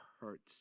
hurts